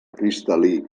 cristal·lí